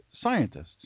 scientists